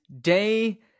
day